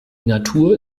natur